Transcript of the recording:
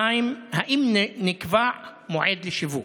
2. האם נקבע מועד לשיווק?